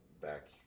back